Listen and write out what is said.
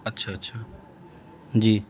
اچھا اچھا جی